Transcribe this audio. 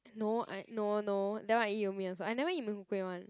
no I no no that one I eat You-Mian also I never eat Mee-Hoon-Kway [one]